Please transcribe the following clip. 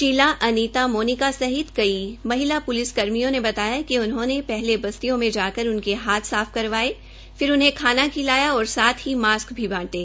शीला अनीता मोनिका सहित कई महिला प्लिस कर्मियों ने बताया कि उन्होंने पहले बस्तियों में जाकर उनके हाथ साफ करवाये फिर उन्हें खाना खिलाया और साथ ही मास्क भी बांटे